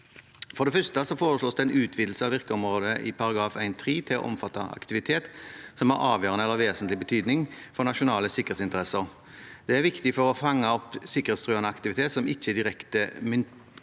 For det første foreslås en utvidelse av virkeområdet i § 1-3 til å omfatte aktivitet som er avgjørende eller av vesentlig betydning for nasjonale sikkerhetsinteresser. Det er viktig for å fange opp sikkerhetstruende aktivitet som ikke direkte er